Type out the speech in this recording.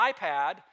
iPad